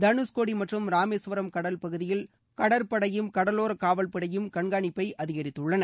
தனுஷ்கோடி மற்றும் ராமேஸ்வரம் கடல்பகுதியில் கடற்படையும் கடலோர காவல்படையும் கண்காணிப்பை அதிகரித்துள்ளன